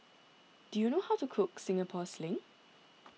do you know how to Cook Singapore Sling